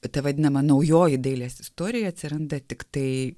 ta vadinama naujoji dailės istorija atsiranda tiktai